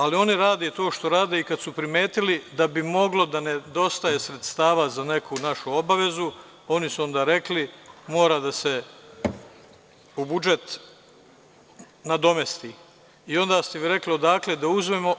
Ali oni rade to što rade i kad su primetili da bi moglo da nedostaje sredstava za neku našu obavezu, oni su onda rekli, mora da se u budžet nadomesti i onda ste vi rekli – odakle da uzmemo?